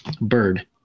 bird